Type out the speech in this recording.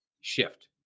shift